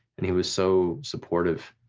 and he was so supportive,